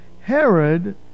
Herod